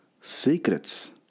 secrets